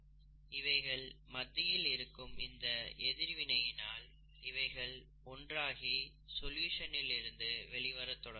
இவைகளுக்கு மத்தியில் இருக்கும் அதிக எதிர்வினையினால் இவைகள் ஒன்றாகி சொல்யூஷன் இல் இருந்து வெளிவரத் தொடங்கும்